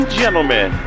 gentlemen